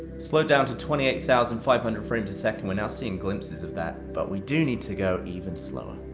slowed down to twenty eight thousand five hundred frames a second, we're now seeing glimpses of that, but we do need to go even slower.